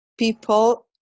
People